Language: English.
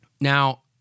now